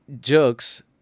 jerks